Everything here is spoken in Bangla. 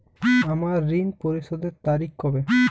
আমার ঋণ পরিশোধের তারিখ কবে?